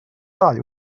ddau